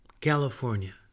California